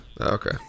Okay